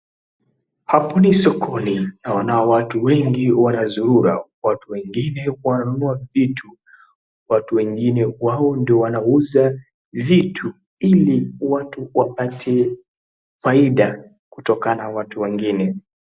Hapo ni sokoni, naona watu wengi wanazurura. Watu wengine wananunua vitu. Watu wengine wao wanauza vitu ili watu wapate faida kutokana na watu wengine.